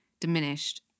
diminished